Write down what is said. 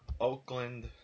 Oakland